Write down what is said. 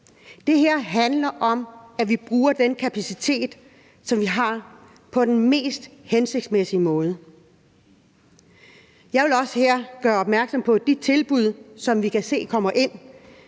Det her handler om, at vi bruger den kapacitet, som vi har, på den mest hensigtsmæssige måde. Jeg vil også her gøre opmærksom på de tilbud, som vi kan se kommer ind